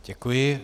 Děkuji.